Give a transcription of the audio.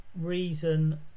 reason